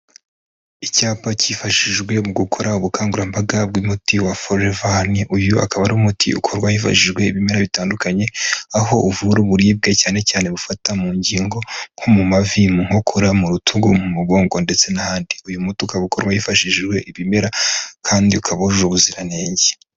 Icyapa cyifashijwe mu gukora ubukangurambaga bw'umuti wa Foreva hani, uyu akaba ari umuti ukorwa hifashijwe ibimera bitandukanye aho uvura uburibwe cyane cyane bufata mu ngingo nko; mu mavi, mu nkokora, mu rutugu, mu mugongo ndetse n'ahandi. Uyu muti ukaba ukorwa hifashishijwe ibimera kandi ukaba wujuje ubuziranenge.